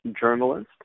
journalist